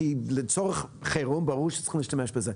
כי לצורך חירום ברור שצריכים להשתמש בזה.